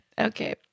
okay